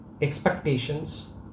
expectations